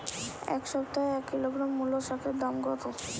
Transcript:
এ সপ্তাহে এক কিলোগ্রাম মুলো শাকের দাম কত?